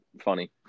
funny